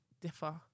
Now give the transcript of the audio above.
differ